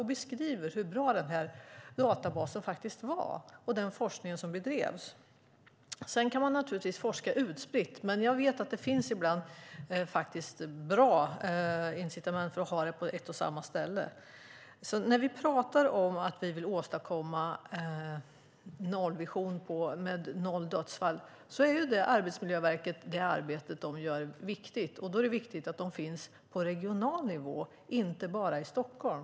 De beskriver hur bra den här databasen och den forskning som bedrevs faktiskt var. Sedan kan forskning naturligtvis bedrivas utspritt, men jag vet att det finns bra incitament för att ha den på ett och samma ställe. När vi pratar om att vi har en nollvision och vill åstadkomma noll dödsfall på arbetsplatserna är det arbete som Arbetsmiljöverket gör viktigt. Då är det viktigt att de finns på regional nivå och inte bara i Stockholm.